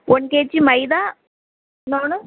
one KG மைதா இன்னொன்னு